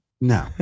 No